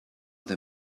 they